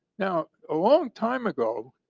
now, a long time ago,